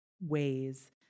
ways